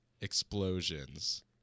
explosions